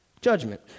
judgment